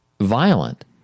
violent